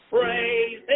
Praise